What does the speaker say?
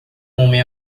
homem